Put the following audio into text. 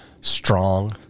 strong